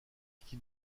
qui